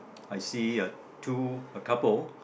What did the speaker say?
I see uh two a couple